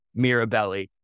Mirabelli